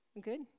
Good